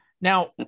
Now